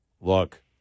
look